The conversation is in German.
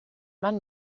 man